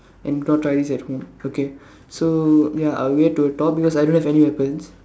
and do not try this at home okay so ya I'll get to the top because I do not have any weapons